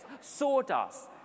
sawdust